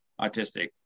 autistic